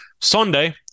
Sunday